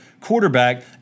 quarterback